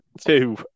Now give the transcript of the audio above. Two